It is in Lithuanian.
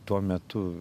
tuo metu